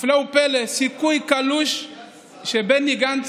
הפלא ופלא, סיכוי קלוש שבני גנץ